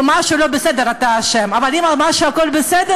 במה שלא בסדר אתה אשם, אבל אם במשהו הכול בסדר.